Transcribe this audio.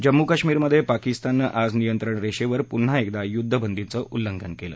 जम्मू कश्मिरमधे पाकिस्ताननं आज नियंत्रण रेषेवर पुन्हा एकदा युध्दबदीच उल्लंघन केलं